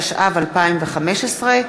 התשע"ו 2015,